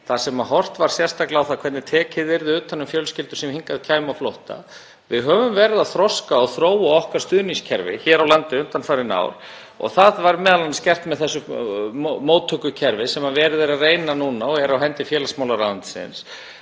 þar sem horft var sérstaklega á það hvernig tekið yrði utan um fjölskyldur sem hingað kæmu á flótta. Við höfum verið að þroska og þróa stuðningskerfi okkar hér á landi undanfarin ár. Það var m.a. gert með þessu móttökukerfi sem verið er að reyna núna og er á hendi félagsmálaráðuneytisins